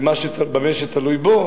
במה שתלוי בו,